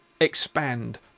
expand